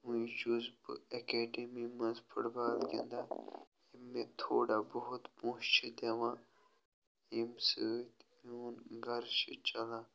وُنہِ چھُس بہٕ اکیڈمی منٛز فُٹ بال گِنٛدان یِم مےٚ تھوڑا بہت پۅنٛسہٕ چھِ دِوان ییٚمہِ سۭتۍ میٛون گَرٕ چھُ چَلان